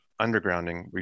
undergrounding